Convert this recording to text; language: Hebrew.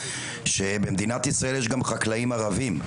שבמדינת ישראל יש גם חקלאים ערבים,